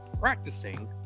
practicing